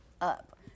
up